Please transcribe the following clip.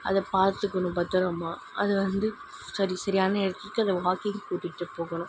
அதை பார்த்துக்குணும் பத்தரமாக அது வந்து சரி சரியான இடத்துக்கு நம்ம வாக்கிங் கூட்டிகிட்டு போகணும்